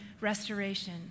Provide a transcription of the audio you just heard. restoration